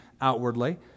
outwardly